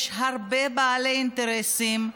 יש הרבה בעלי אינטרסים,